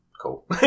cool